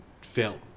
film